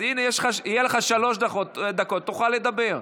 אז הינה, יהיו לך שלוש דקות, תוכל לדבר.